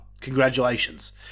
Congratulations